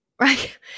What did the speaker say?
right